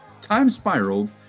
time-spiraled